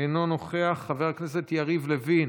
אינו נוכח, חבר הכנסת יריב לוין,